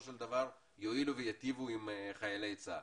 של דבר יועילו וייטיבו עם כל חיילי צה"ל.